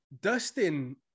Dustin